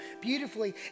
beautifully